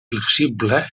flexible